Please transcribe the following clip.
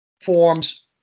forms